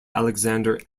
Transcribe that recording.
alexander